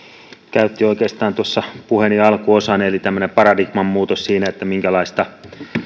käytti oikeastaan puheeni alkuosan eli on tämmöinen paradigman muutos siinä minkälaista